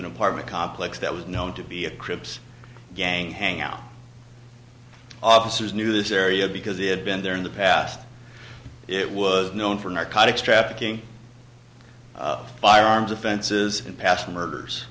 an apartment complex that was known to be a crips gang hangout officers knew this area because they had been there in the past it was known for narcotics trafficking firearms offenses in past murders